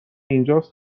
اینجاس